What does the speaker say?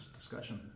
discussion